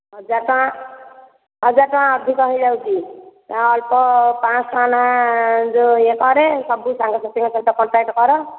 ହଜାର ଟଙ୍କା ହଜାର ଟଙ୍କା ଅଧିକ ହୋଇଯାଉଛି ଅଳ୍ପ ପାଞ୍ଚଶହ ଟଙ୍କା ନଖା ଯେଉଁ ୟେ କରେ ସବୁ ସାଙ୍ଗ ସାଥୀଙ୍କ ସହିତ କଣ୍ଟାକ୍ଟ କର